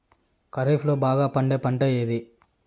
ఖరీఫ్ లో బాగా పండే పంట ఏది?